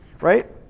right